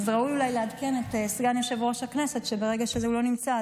אז ראוי אולי לעדכן את סגן יושב-ראש הכנסת שברגע שהוא לא נמצא,